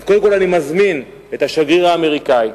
אז קודם כול אני מזמין את השגריר האמריקני,